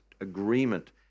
agreement